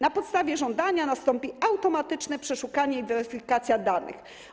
Na podstawie żądania nastąpi automatyczne przeszukanie i weryfikacja danych.